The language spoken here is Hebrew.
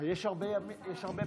היושב-ראש,